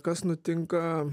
kas nutinka